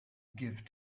give